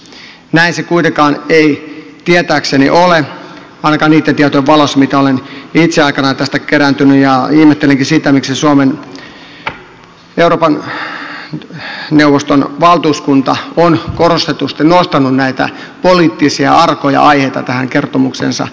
näin se kuitenkaan ei tietääkseni ole ainakaan niitten tietojen valossa mitä olen itse aikanaan tästä kerännyt ja ihmettelenkin sitä miksi suomen euroopan neuvoston valtuuskunta on korostetusti nostanut näitä poliittisia arkoja aiheita tähän kertomukseensa pinnalle